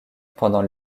pendant